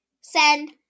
Send